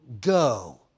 go